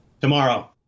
Tomorrow